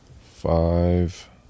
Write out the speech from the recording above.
five